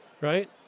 right